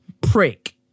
Prick